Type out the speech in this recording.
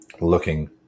looking